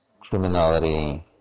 criminality